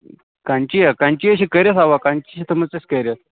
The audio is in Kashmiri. کَنچی ہہ کَنچی ہے چھِ کٔرِتھ اَوا کَنچی چھِ تھٔومٕژ اَسہِ کٔرِتھ